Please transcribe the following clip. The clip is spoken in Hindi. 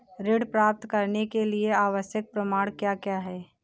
ऋण प्राप्त करने के लिए आवश्यक प्रमाण क्या क्या हैं?